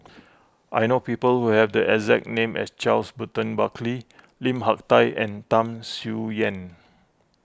I know people who have the exact name as Charles Burton Buckley Lim Hak Tai and Tham Sien Yen